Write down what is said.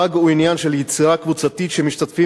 חג הוא עניין של יצירה קבוצתית שמשתתפים